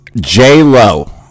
J-Lo